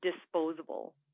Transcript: disposable